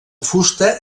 fusta